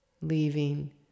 leaving